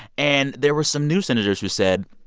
and there were some new senators who said,